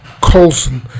Colson